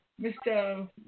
Mr